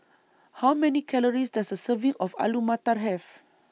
How Many Calories Does A Serving of Alu Matar Have